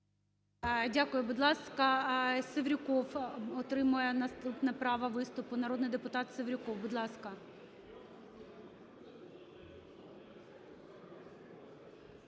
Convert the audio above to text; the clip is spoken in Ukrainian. Дякую. Будь ласка, Севрюков отримує наступне право виступу. Народний депутат Севрюков, будь ласка.